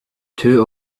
two